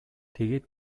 тэгээд